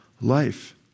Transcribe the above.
life